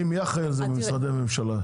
מי אחראי על זה ממשרדי הממשלה?